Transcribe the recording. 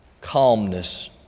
calmness